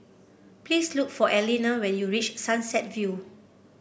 please look for Elena when you reach Sunset View